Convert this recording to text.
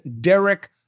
Derek